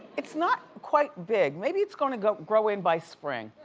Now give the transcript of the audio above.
it's not quite big. maybe it's gonna grow in by spring.